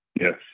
Yes